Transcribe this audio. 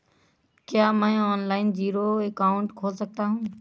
क्या मैं online zero account खोल सकता हूँ?